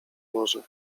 może